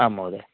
आम् महोदय